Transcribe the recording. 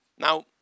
Now